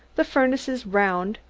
the furnace is round,